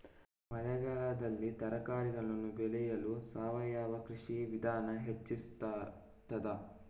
ಮಳೆಗಾಲದಲ್ಲಿ ತರಕಾರಿಗಳನ್ನು ಬೆಳೆಯಲು ಸಾವಯವ ಕೃಷಿಯ ವಿಧಾನ ಹೆಚ್ಚಿಸುತ್ತದೆ?